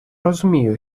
розумію